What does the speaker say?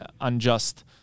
unjust